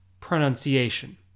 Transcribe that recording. pronunciation